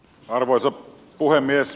arvoisa puhemies